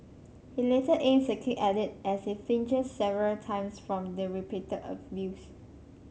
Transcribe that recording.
he later aims a kick at it as it flinches several times from the repeated abuse